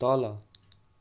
तल